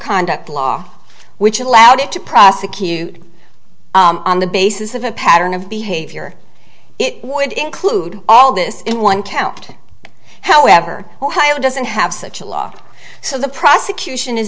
conduct law which allowed it to prosecute on the basis of a pattern of behavior it would include all this in one count however ohio doesn't have such a lock so the prosecution is